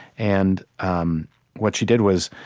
and um what she did was,